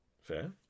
fair